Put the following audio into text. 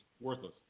worthless